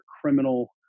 criminal